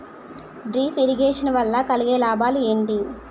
Drip irrigation వల్ల కలిగే లాభాలు ఏంటి?